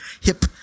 hip